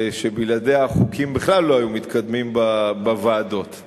שבלעדיה החוקים לא היו מתקדמים בוועדות בכלל.